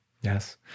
Yes